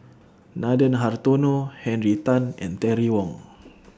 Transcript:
Nathan Hartono Henry Tan and Terry Wong